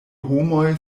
homoj